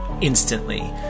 instantly